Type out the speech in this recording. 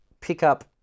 pickup